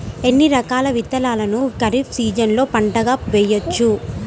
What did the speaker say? ఎన్ని రకాల విత్తనాలను ఖరీఫ్ సీజన్లో పంటగా వేయచ్చు?